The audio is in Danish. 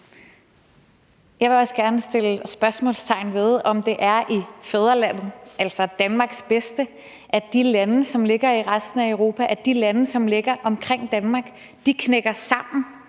Jeg vil også gerne sætte spørgsmålstegn ved, om det er til fædrelandets, altså Danmarks bedste, at de lande, som ligger i resten af Europa, de lande, som ligger omkring Danmark, knækker sammen,